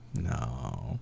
no